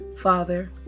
Father